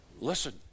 Listen